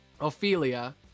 Ophelia